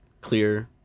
clear